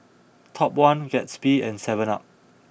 Top One Gatsby and seven up